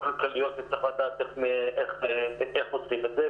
כלכליות וצריך לדעת איך עושים את זה,